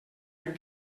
han